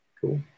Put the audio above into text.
Cool